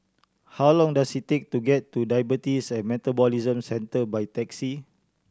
how long does it take to get to Diabetes and Metabolism Centre by taxi